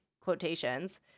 quotations